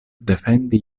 defendi